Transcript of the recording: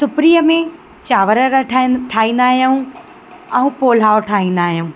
सिपरीअ में चांवर ठाहीनि ठाहींदा आहियूं ऐं पुलाव ठाहींदा आहियूं